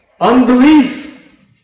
unbelief